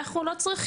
לא ברמת